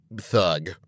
thug